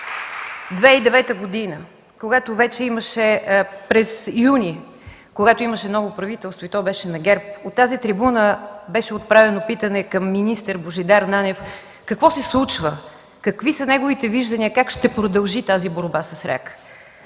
от КБ.) През месец юли 2009 г., когато имаше ново правителство и то беше на ГЕРБ, от тази трибуна беше отправено питане към министър Божидар Нанев какво се случва, какви са неговите виждания, как ще продължи тази борба с рака.